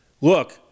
look